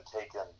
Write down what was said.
taken